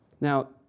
Now